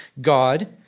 God